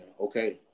okay